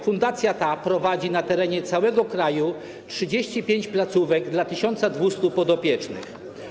Fundacja ta prowadzi na terenie całego kraju 35 placówek dla 1200 podopiecznych.